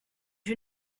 you